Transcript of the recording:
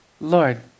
Lord